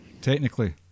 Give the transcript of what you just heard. technically